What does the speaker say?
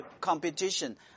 competition